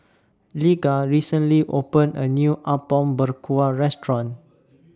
Lige recently opened A New Apom Berkuah Restaurant